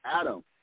Adam